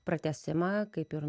pratęsimą kaip ir